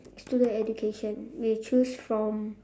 student education we choose from